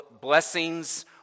blessings